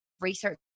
research